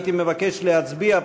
אני מבקש להצביע,